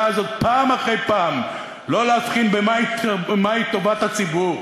הזאת פעם אחרי פעם להבחין מהי טובת הציבור.